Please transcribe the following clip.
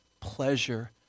pleasure